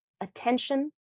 attention